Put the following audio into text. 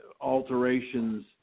alterations